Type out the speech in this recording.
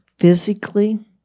Physically